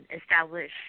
establish